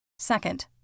Second